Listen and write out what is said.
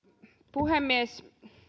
puhemies